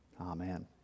Amen